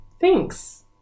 Thanks